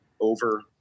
over